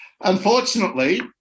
unfortunately